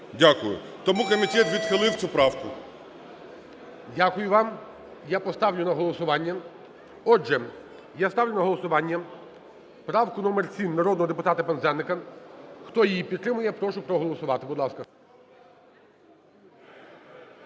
Дякую. Тому комітет відхилив цю правку. ГОЛОВУЮЧИЙ. Дякую вам. Я поставлю на голосування. Отже, я ставлю на голосування правку номер 7 народного депутата Пинзеника. Хто її підтримує, прошу проголосувати. Будь ласка.